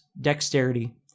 dexterity